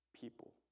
people